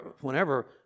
whenever